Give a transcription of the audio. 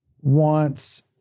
wants